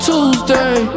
Tuesday